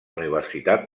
universitat